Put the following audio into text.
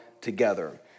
together